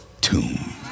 tomb